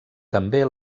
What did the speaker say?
també